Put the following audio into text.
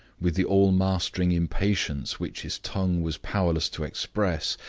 with the all-mastering impatience which his tongue was powerless to express,